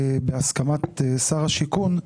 בהסכמת שר השיכון,